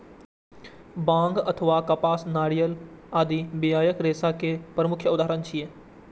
बांग अथवा कपास, नारियल आदि बियाक रेशा के प्रमुख उदाहरण छियै